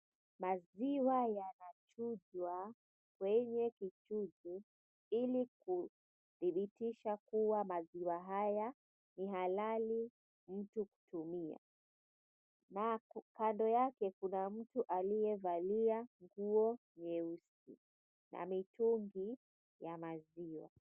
Maziwa yanachujwa kwenye kichujo ili kudhibitisha kua maziwa haya ni halali mtu kutumia. Kando yake kuna mtu aliyevalia nguo nyeusi na mitungi ya maziwa.